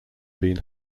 been